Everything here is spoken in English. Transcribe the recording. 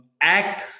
act